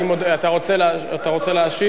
אתה רוצה להשיב?